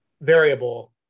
variable